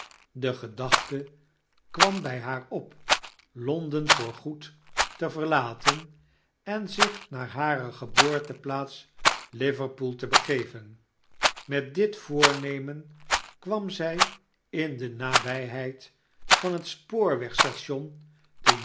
de gedachte kwam bij haar op l o n d e n voorgoed te verlaten en zich naar hare geboorteplaats liverpool te begeven met dit voornemen kwam zij in de nabyheid van het